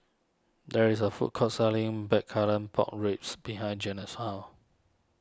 there is a food court selling Blackcurrant Pork Ribs behind Jena's house